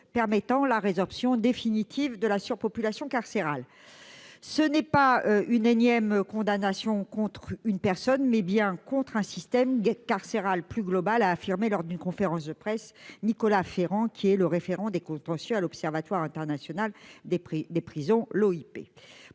permettant la résorption définitive de la surpopulation carcérale. Cette énième condamnation ne vise pas une personne, mais plus globalement un système carcéral, a affirmé lors d'une conférence de presse Nicolas Ferran, le référent des contentieux à l'Observatoire international des prisons (OIP).